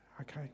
Okay